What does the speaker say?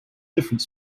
different